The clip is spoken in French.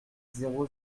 zéro